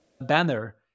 banner